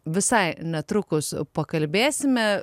visai netrukus pakalbėsime